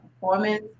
performance